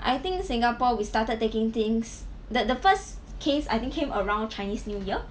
I think singapore we started taking things that the first case I think came around chinese new year